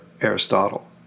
Aristotle